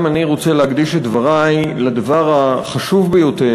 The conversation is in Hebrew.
גם אני רוצה להקדיש את דברי לדבר החשוב ביותר,